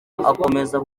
akomeza